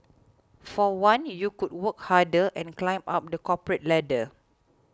for one you could work harder and climb up the corporate ladder